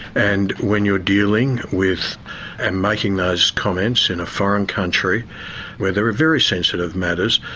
and when you are dealing with and making those comments in a foreign country where there are very sensitive matters,